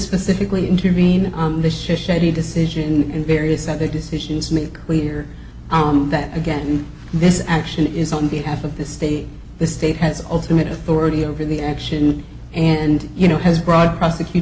specifically intervene in the shady decision and various other decisions made clear that again this action is on behalf of the state the state has alternate authority over the action and you know has broad prosecut